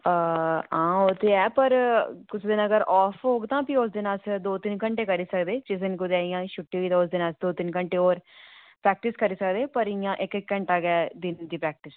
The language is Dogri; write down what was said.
आं ओह् ते ऐ पर कुसै दिन अगर ऑफ होग तां फ्ही उस दिन अस दो तिन घंटे करी सकदे जिस दिन कुतै इयां छुट्टी होऐ ते उस दिन अस दो तिन घंटे और प्रैक्टिस करी सकदे पर इ'यां इक इक घैंटा गै दिन दी प्रैक्टिस